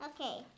Okay